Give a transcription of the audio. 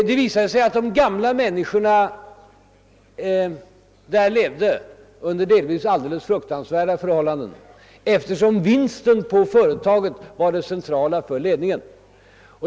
Det visade sig att de gamla människorna där levde under delvis alldeles fruktansvärda förhållanden, eftersom vinsten på företaget var det centrala för ledningen.